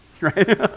right